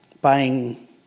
buying